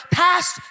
past